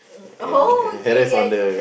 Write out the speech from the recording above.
oh okay yes